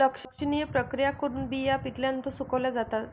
लक्षणीय प्रक्रिया करून बिया पिकल्यानंतर सुकवल्या जातात